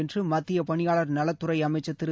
என்றுமத்தியபணியாளர் நலத் துறைஅமைச்சர் திரு